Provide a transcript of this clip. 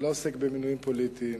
אני לא עוסק במינויים פוליטיים.